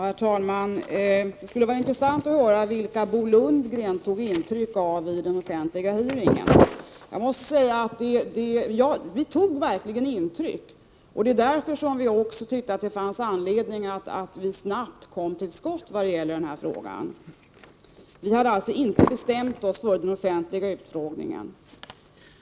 Herr talman! Det skulle vara intressant att höra vilka Bo Lundgren tog intryck av vid den offentliga hearingen. Vi tog verkligen intryck. Det var därför vi tyckte att det fanns anledning för oss att snabbt komma till skott i den här frågan. Vi hade alltså inte bestämt oss före den offentliga utfrågningen.